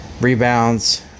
rebounds